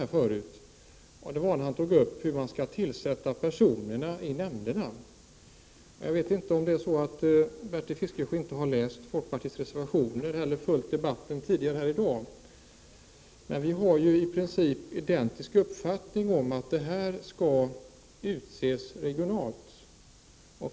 Det var när han tog upp hur man skall tillsätta personerna i nämnderna. Jag vet inte om Bertil Fiskesjö inte har läst folkpartiets reservationer eller följt debatten tidigare här i dag. Vi har i princip identiska uppfattningar om att dessa personer skall utses regionalt.